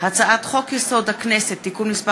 הצעת חוק הכנסת (תיקון מס'